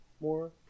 more